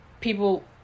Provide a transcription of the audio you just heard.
people